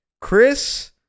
Chris